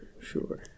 sure